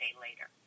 later